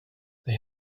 they